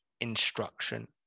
instruction